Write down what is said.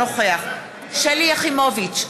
אינו נוכח שלי יחימוביץ,